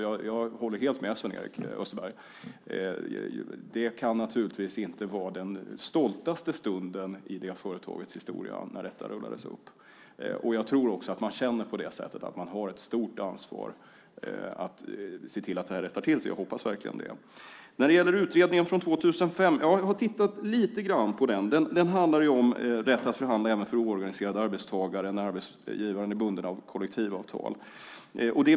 Jag håller helt med Sven-Erik Österberg om att det inte kan ha varit den stoltaste stunden i företagets historia när detta rullades upp. Jag tror och hoppas också att man känner ett stort ansvar för att rätta till det. Jag har tittat lite grann på utredningen från 2005. Den handlar om rätten att förhandla även för oorganiserade arbetstagare när arbetsgivaren är bunden av kollektivavtal.